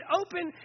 open